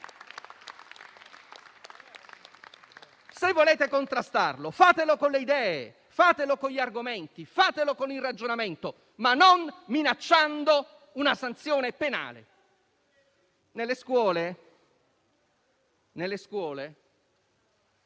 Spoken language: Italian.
Se volete contrastarlo, fatelo con le idee, fatelo con gli argomenti, fatelo con il ragionamento, ma non minacciando una sanzione penale. Nelle scuole